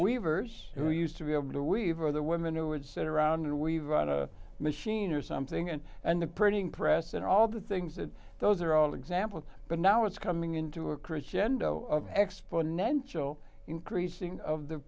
weaver's who used to be able to weaver the women who would sit around and we run a machine or something and and the printing press and all the things that those are all examples but now it's coming into a crescendo of an exponential increasing of the